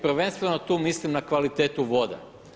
Prvenstveno tu mislim na kvalitetu vode.